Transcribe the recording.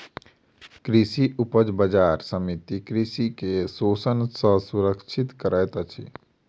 कृषि उपज बजार समिति कृषक के शोषण सॅ सुरक्षित करैत अछि